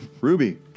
Ruby